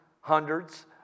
hundreds